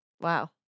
Wow